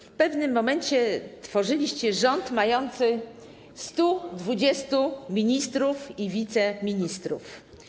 W pewnym momencie tworzyliście rząd mający 120 ministrów i wiceministrów.